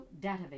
database